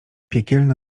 piekielna